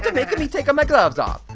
and make and me take-a my gloves off.